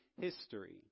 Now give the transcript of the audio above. history